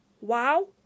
wow